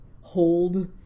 hold